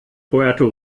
puerto